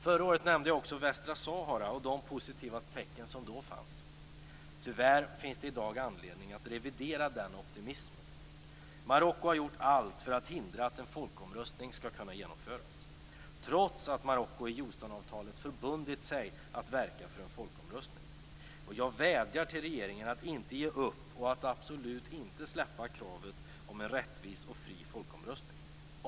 Förra året nämnde jag också Västsahara och de positiva tecken som då fanns. Tyvärr finns det i dag anledning att revidera den optimismen. Marocko har gjort allt för att hindra att en folkomröstning skall kunna genomföras trots att Marocko i Houstonavtalet förbundit sig att verka för en folkomröstning. Jag vädjar till regeringen att inte ge upp och att absolut inte släppa kravet om en rättvis och fri folkomröstning.